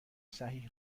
صحیح